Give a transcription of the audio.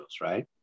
right